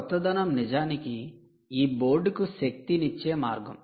కొత్తదనం నిజానికి ఈ బోర్డుకి శక్తి నిచ్చే మార్గం